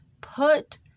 put